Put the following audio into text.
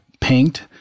paint